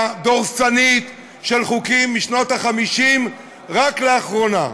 דורסנית של חוקים משנות ה-50 רק לאחרונה,